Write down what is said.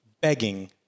begging